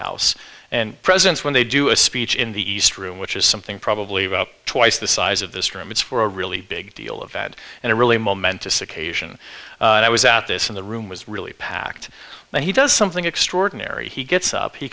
house and presidents when they do a speech in the east room which is something probably about twice the size of this room it's for a really big deal of that and a really momentous occasion and i was at this in the room was really packed and he does something extraordinary he gets up he